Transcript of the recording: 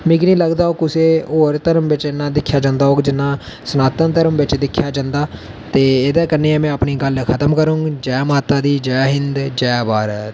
मिगी निं लगदा ओह् कुसै होर धर्म बिच इन्ना दिक्खेआ जंदा होग जिन्ना सनातन धर्म बिच दिक्खेआ जंदा ते एह्दे कन्नै गै में अपनी गल्ल खत्म करङ जै माता दी जै हिंदी जै भारत